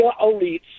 elites